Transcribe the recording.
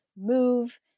move